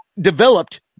developed